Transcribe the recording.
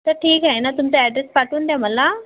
तर ठीक आहे ना तुमचा ॲड्रेस पाठवून द्या मला